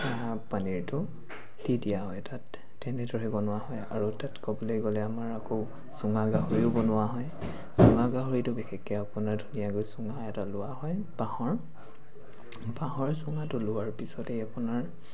পনীৰটো দি দিয়া হয় তাত তেনেদৰে বনোৱা হয় আৰু তাত ক'বলৈ গ'লে আমাৰ আকৌ চুঙা গাহৰিও বনোৱা হয় চুঙা গাহৰিটো বিশেষকৈ আপোনাৰ ধুনীয়াকৈ চুঙা এটা লোৱা হয় বাঁহৰ বাঁহৰ চুঙাটো লোৱাৰ পিছতে আপোনাৰ